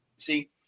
see